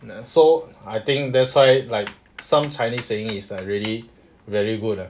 then so I think that's why like some chinese saying is like really very good ah